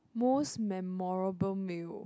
most memorable meal